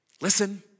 Listen